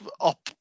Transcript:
up